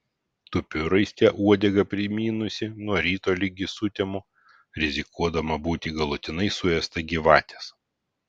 tupiu raiste uodegą prisimynusi nuo ryto ligi sutemų rizikuodama būti galutinai suėsta gyvatės